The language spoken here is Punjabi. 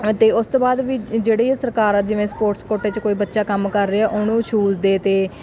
ਅਤੇ ਉਸ ਤੋਂ ਬਾਅਦ ਵੀ ਜਿਹੜੀ ਆ ਸਰਕਾਰ ਆ ਜਿਵੇਂ ਸਪੋਰਟਸ ਕੋਟੇ 'ਚ ਕੋਈ ਬੱਚਾ ਕੰਮ ਕਰ ਰਿਹਾ ਉਹਨੂੰ ਸ਼ੂਜ ਦੇ ਤੇ